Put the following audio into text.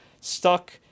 stuck